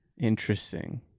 Interesting